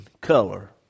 color